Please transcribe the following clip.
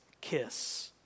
kiss